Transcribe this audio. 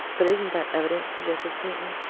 but isn't that evident? suggested smeaton.